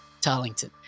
Tarlington